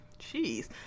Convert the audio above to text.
jeez